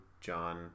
John